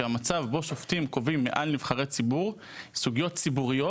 שיכולת השופטים לקבל החלטה בסוגיות ציבוריות